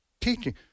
teaching